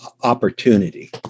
opportunity